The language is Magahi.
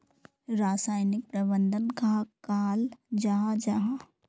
रासायनिक प्रबंधन कहाक कहाल जाहा जाहा?